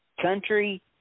country